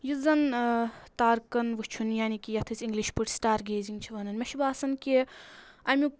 یُس زَن تارکَن وٕچھُن یعنی کہِ یَتھ أسۍ اِنگلِش پٲٹھۍ سٹار گیزِنٛگ چھِ وَنان مےٚ چھُ باسان کہِ اَمیُک